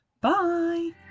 Bye